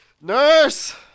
nurse